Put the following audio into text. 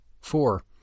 four